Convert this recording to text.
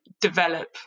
develop